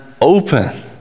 open